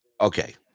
okay